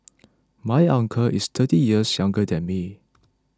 my uncle is thirty years younger than me